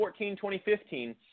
2014-2015